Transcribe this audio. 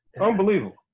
unbelievable